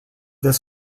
this